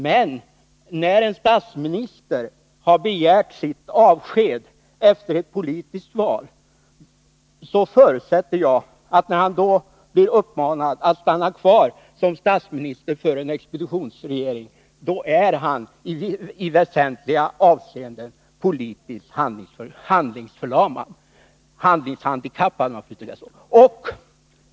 Men när en statsminister har begärt sitt avsked efter ett politiskt val förutsätter jag att han, då han blir uppmanad att stanna kvar som statsminister för en expeditionsregering, i väsentliga avseenden är politiskt handlingsförlamad eller handlingshandikappad om jag får uttrycka det så.